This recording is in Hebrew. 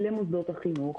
למוסדות החינוך,